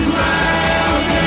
miles